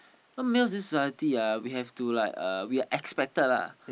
male this society have to like we are expected lah